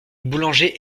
boulangers